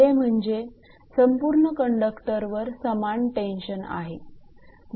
पहिले म्हणजे संपूर्ण कंडक्टरवर समान टेन्शन आहे